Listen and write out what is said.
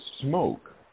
smoke